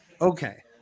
Okay